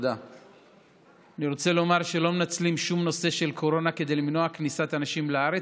לא מנצלים שום נושא של קורונה כדי למנוע כניסת אנשים בארץ,